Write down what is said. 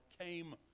came